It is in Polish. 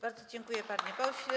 Bardzo dziękuję, panie pośle.